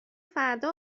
فردا